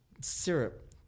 syrup